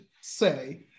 say